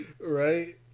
right